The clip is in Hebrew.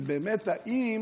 זה האם